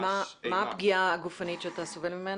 אפילו שבכלל גם לא עשינו רעש.